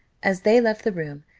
as they left the room,